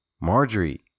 Marjorie